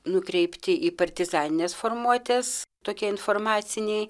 nukreipti į partizanines formuotes tokie informaciniai